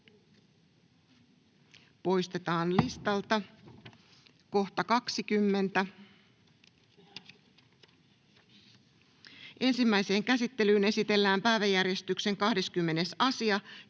Time: N/A Content: Ensimmäiseen käsittelyyn esitellään päiväjärjestyksen 7. asia.